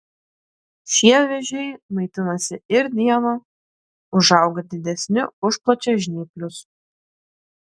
šie vėžiai maitinasi ir dieną užauga didesni už plačiažnyplius